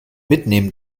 mitnehmen